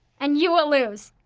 and you will lose.